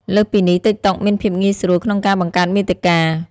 លើសពីនេះ ទីកតុក មាន ភាពងាយស្រួលក្នុងការបង្កើតមាតិកា។